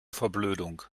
verblödung